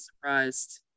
surprised